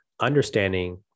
understanding